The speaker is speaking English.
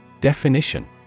Definition